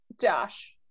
Josh